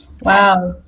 Wow